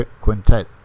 Quintet